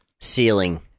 ceiling